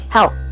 Help